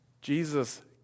Jesus